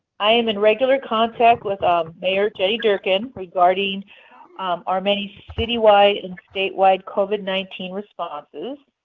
i am in regular contact with um mayor jenny durkan regarding our many citywide and statewide covid nineteen responses.